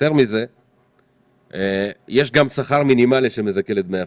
יש גם שכר מינימלי שמזכה לדמי אבטלה.